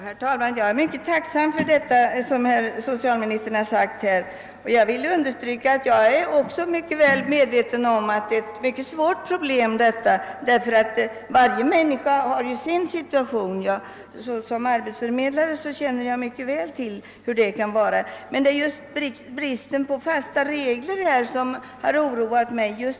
Herr talman! Jag är mycket tacksam för det som herr socialministern här har sagt. Jag är också väl medveten om att detta är ett svårt problem, eftersom ju varje människa befinner sig i sin egen speciella situation — som arbetsförmedlare känner jag mycket väl till hur det kan vara. Det är bristen på fasta regler som har oroat mig.